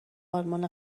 آلمان